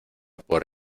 por